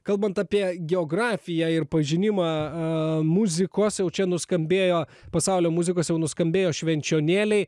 kalbant apie geografiją ir pažinimą muzikos jau čia nuskambėjo pasaulio muzikos jau nuskambėjo švenčionėliai